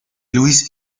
luis